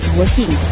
working